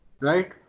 right